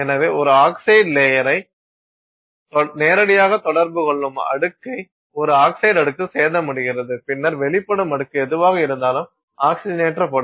எனவே ஒரு ஆக்ஸைடு லேயரை நேரடியாக தொடர்பு கொள்ளும் அடுக்கை ஒரு ஆக்ஸைடு அடுக்கு சேதமடைகிறது பின்னர் வெளிப்படும் அடுக்கு எதுவாக இருந்தாலும் ஆக்ஸிஜனேற்றப்படும்